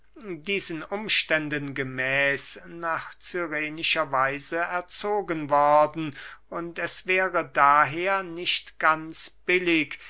diesen umständen gemäß nach cyrenischer weise erzogen worden und es wäre daher nicht ganz billig